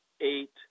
eight